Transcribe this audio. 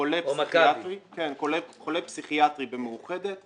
חולה פסיכיאטרי במאוחדת,